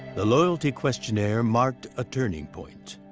the loyalty questionnaire marked a turning point.